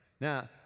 Now